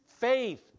Faith